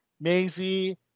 Maisie